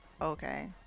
Okay